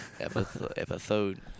Episode